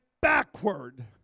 backward